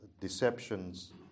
deceptions